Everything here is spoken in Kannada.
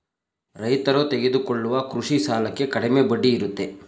ರೈತರು ತೆಗೆದುಕೊಳ್ಳುವ ಕೃಷಿ ಸಾಲಕ್ಕೆ ಕಡಿಮೆ ಬಡ್ಡಿ ಇರುತ್ತೆ